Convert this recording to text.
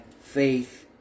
faith